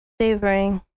Savoring